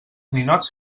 ninots